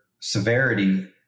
severity